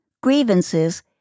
grievances